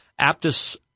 Aptus